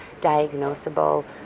diagnosable